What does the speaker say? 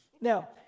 Now